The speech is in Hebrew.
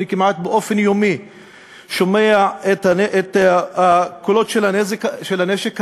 שכמעט מדי יום אני שומע את הקולות של הנשק הזה,